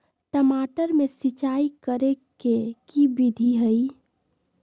टमाटर में सिचाई करे के की विधि हई?